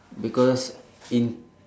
because in